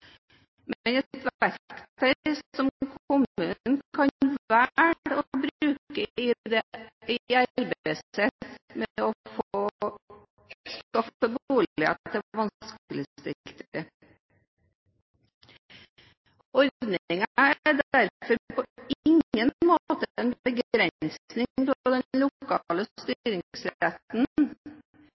men et verktøy som kommunen kan velge å bruke i arbeidet sitt med å skaffe boliger til vanskeligstilte. Ordningen er derfor på ingen måte en begrensning av den lokale styringsretten,